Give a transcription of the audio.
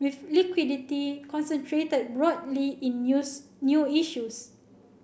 with liquidity concentrated broadly in news new issues